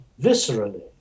viscerally